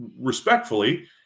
respectfully